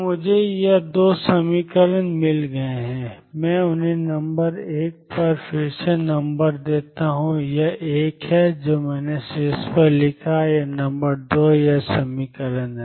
तो मुझे ये 2 समीकरण मिल गए हैं मैं उन्हें नंबर 1 पर फिर से नंबर देता हूं यह एक है जो मैंने शीर्ष पर लिखा है और नंबर 2 यह समीकरण है